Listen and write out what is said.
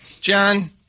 John